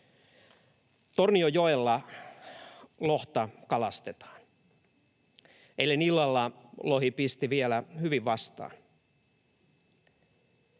Tornionjoella kalastetaan lohta. Eilen illalla lohi pisti vielä hyvin vastaan,